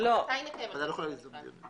מתי נקיים על זה דיון בנפרד?